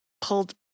pulled